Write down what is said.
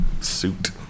Suit